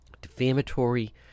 defamatory